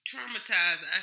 Traumatized